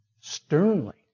sternly